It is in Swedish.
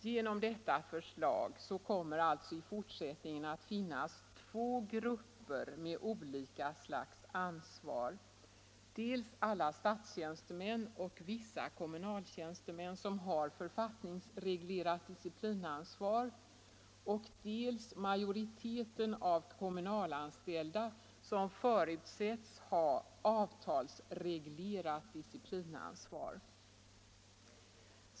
Genom detta förslag kommer det alltså i fortsättningen att finnas två grupper med olika slags ansvar: dels alla statstjänstemän och vissa kommunaltjänstemän, som har författningsreglerat disciplinansvar, dels majoriteten av kommunalanställda, som förutsätts ha avtalsreglerat disciplinansvar.